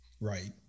Right